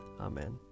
Amen